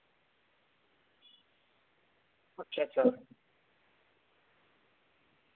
अच्छा अच्छा